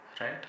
right